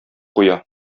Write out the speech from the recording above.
куя